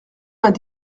vingt